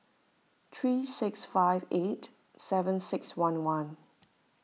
three six five eight seven six one one